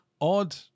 odd